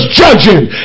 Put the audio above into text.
judging